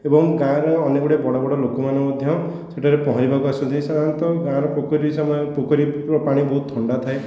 ଏବଂ ଗାଁର ଅନେକ ଗୁଡ଼ିଏ ବଡ଼ ବଡ଼ ଲୋକମାନେ ମଧ୍ୟ ସେଠାରେ ପହଁରିବାକୁ ଆସନ୍ତି ସାଧାରଣତଃ ଗାଁର ପୋଖରୀ ସମୟ ପୋଖରୀ ପାଣି ବହୁତ ଥଣ୍ଡା ଥାଏ